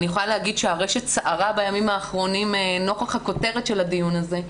אני יכולה להגיד שהרשת סערה בימים האחרונים נוכח הכותרת של הדיון הזה,